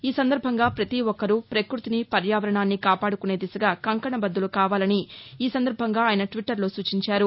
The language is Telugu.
ఈ సందర్బంగా ప్రపతి ఒక్కరూ పక్బతిని పర్యావరణాన్ని కాపాడుకునే దిశగా కంకణబద్దులు కావాలని ఈ సందర్బంగా ఆయన ట్విట్లర్లో సూచించారు